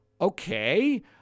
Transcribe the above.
Okay